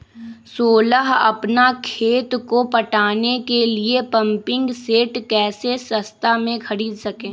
सोलह अपना खेत को पटाने के लिए पम्पिंग सेट कैसे सस्ता मे खरीद सके?